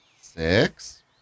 Six